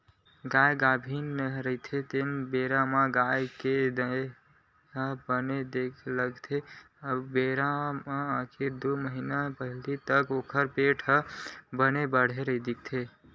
गाय गाभिन रहिथे तेन बेरा म गाय के देहे ल बने देखे ल लागथे ओ बेरा म आखिरी के दू महिना पहिली तक ओखर पेट ह बने बाड़हे दिखथे